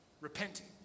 repenting